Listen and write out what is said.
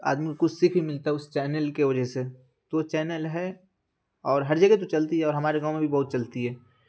آدمی کو کچھ سیکھ بھی ملتا ہے اس چینل کے وجہ سے تو وہ چینل ہے اور ہر جگہ تو چلتی ہے اور ہمارے گاؤں میں بھی بہت چلتی ہے